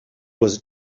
was